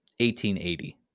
1880